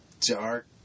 dark